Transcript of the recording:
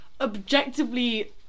objectively